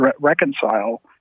reconcile